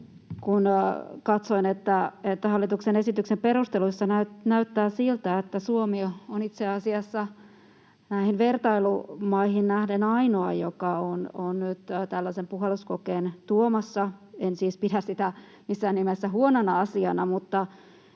Katsoin, että hallituksen esityksen perusteluissa näyttää siltä, että Suomi on itse asiassa näihin vertailumaihin nähden ainoa, joka on tällaisen puhalluskokeen tuomassa. En siis pidä sitä missään nimessä huonona asiana,